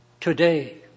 Today